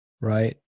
Right